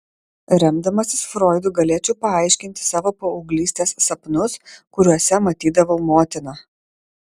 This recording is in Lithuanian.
remdamasis froidu galėčiau paaiškinti savo paauglystės sapnus kuriuose matydavau motiną